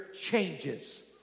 changes